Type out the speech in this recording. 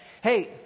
Hey